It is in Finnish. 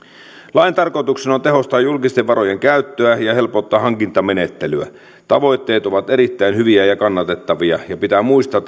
lain tarkoituksena on tehostaa julkisten varojen käyttöä ja helpottaa hankintamenettelyä tavoitteet ovat erittäin hyviä ja kannatettavia ja pitää muistaa